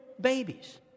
babies